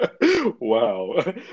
Wow